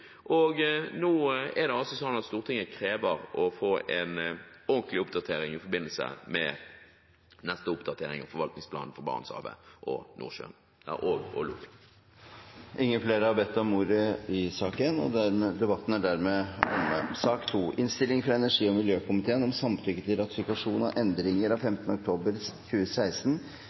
og nå er det altså sånn at Stortinget krever å få en ordentlig oppdatering i forbindelse med neste oppdatering av forvaltningsplanen for Barentshavet og Lofoten. Flere har ikke bedt om ordet til sak nr. 1. Ingen har bedt om ordet. Dette er et representantforslag fra stortingsrepresentantene Marit Arnstad, Kjersti Toppe og Heidi Greni om